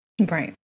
right